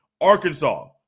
Arkansas